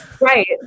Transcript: Right